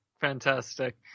fantastic